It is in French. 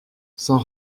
sans